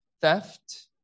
theft